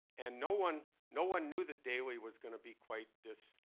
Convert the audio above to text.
and no one no one knew that daley was going to be quite this